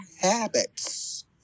habits